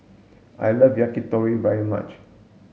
I love Yakitori very much